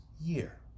year